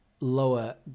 lower